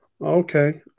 Okay